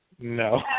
No